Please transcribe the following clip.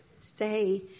say